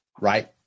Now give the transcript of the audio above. Right